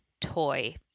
toy